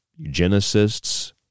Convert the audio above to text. eugenicists